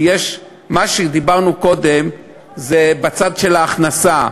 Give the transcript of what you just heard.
מה שדיברנו קודם זה בצד של ההכנסה,